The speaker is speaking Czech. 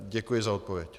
Děkuji za odpověď.